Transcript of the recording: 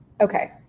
okay